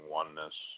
oneness